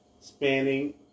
spanning